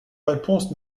réponse